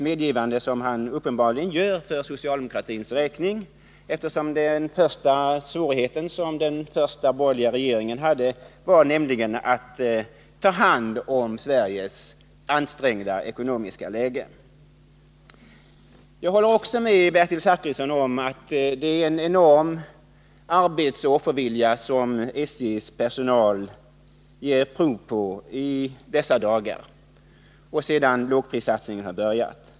Medgivandet gjordes uppenbarligen för socialdemokratins räkning, eftersom den största svårighet den första borgerliga regeringen hade var att ta hand om Sveriges ansträngda ekonomiska läge. Jag håller vidare med Bertil Zachrisson om att SJ:s personal ger prov på en enorm arbetsoch offervilja i dessa dagar och alltsedan lågprissatsningen började.